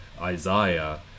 Isaiah